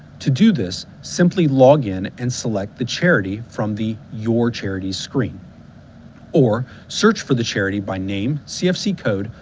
to do this, simply login and select the charity from the your charities screen or search for the charity by name, cfc code,